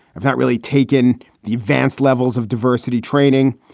i've not really taken the advanced levels of diversity training.